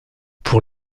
pour